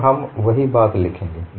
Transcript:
और हम वही बात लिखेंगे